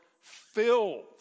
filled